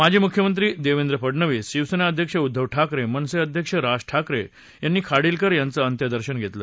माजी मुख्यमंत्री देवेंद्र फडणवीस शिवसेना अध्यक्ष उद्धव ठाकरे मनसे अध्यक्ष राज ठाकरे यांनी खाडीलकर यांचं अंत्यदर्शन घेतलं